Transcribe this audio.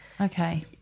Okay